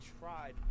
tried